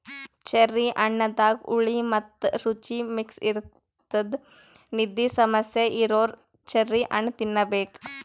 cherry ಹಣ್ಣದಾಗ್ ಹುಳಿ ಮತ್ತ್ ರುಚಿ ಮಿಕ್ಸ್ ಇರ್ತದ್ ನಿದ್ದಿ ಸಮಸ್ಯೆ ಇರೋರ್ ಚೆರ್ರಿ ಹಣ್ಣ್ ತಿನ್ನಬೇಕ್